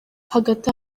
hagati